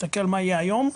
מסתכל מה יהיה היום.